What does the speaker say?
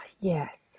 Yes